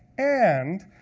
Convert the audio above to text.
and